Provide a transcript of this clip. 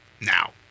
now